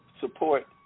support